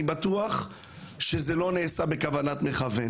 אני בטוח שזה לא נעשה בכוונת מכוון